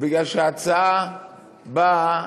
בגלל שההצעה באה